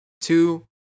two